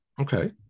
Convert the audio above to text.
Okay